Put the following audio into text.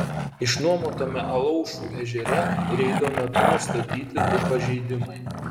išnuomotame alaušų ežere reido metu nustatyti du pažeidimai